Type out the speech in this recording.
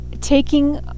taking